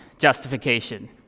justification